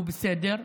הוא בסדר.